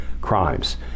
crimes